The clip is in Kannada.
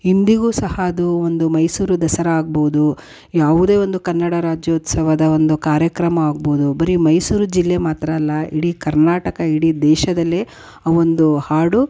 ಇಂದಿಗೂ ಸಹ ಅದು ಒಂದು ಮೈಸೂರು ದಸರಾ ಆಗ್ಬೋದು ಯಾವುದೇ ಒಂದು ಕನ್ನಡ ರಾಜ್ಯೋತ್ಸವದ ಒಂದು ಕಾರ್ಯಕ್ರಮ ಆಗ್ಬೋದು ಬರೀ ಮೈಸೂರು ಜಿಲ್ಲೆ ಮಾತ್ರ ಅಲ್ಲ ಇಡೀ ಕರ್ನಾಟಕ ಇಡೀ ದೇಶದಲ್ಲೇ ಆ ಒಂದು ಹಾಡು